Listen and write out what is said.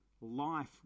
life